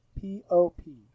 P-O-P